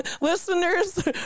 listeners